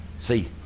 See